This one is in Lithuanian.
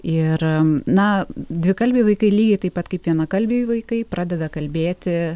ir na dvikalbiai vaikai lygiai taip pat kaip vienakalbiai vaikai pradeda kalbėti